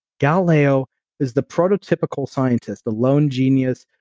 galileo is the prototypical scientist, the lone genius,